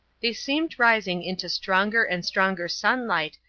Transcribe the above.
they seemed rising into stronger and stronger sunlight,